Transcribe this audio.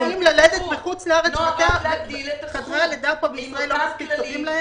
--- ללדת בחוץ לארץ ------ עם אותם כללים,